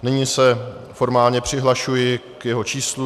Nyní se formálně přihlašuji k jeho číslu.